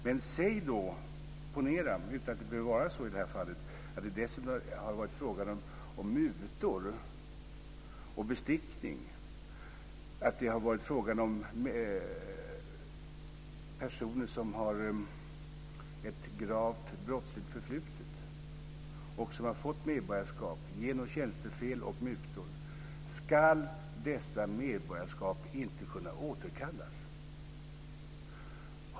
Låt oss ponera, utan att det behöver vara så i det här fallet, att det dessutom har varit fråga om mutor och bestickning, att det har varit fråga om personer som har ett förflutet med grav brottslighet men som får medborgarskap genom tjänstefel och mutor. Ska inte dessa medborgarskap kunna återkallas?